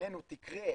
שבעינינו תקרה,